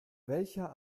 welcher